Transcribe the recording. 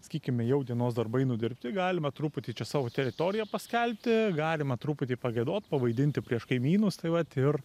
sakykime jau dienos darbai nudirbti galima truputį čia savo teritoriją paskelbti galima truputį pagiedot pavaidinti prieš kaimynus tai vat ir